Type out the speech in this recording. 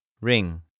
Ring